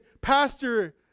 Pastor